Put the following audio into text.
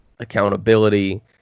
accountability